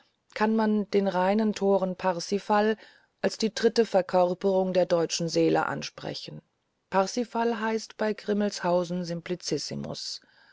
kann man den reinen toren parsival als die dritte verkörperung der deutschen seele ansprechen parsival heißt bei grimmelshausen